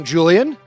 Julian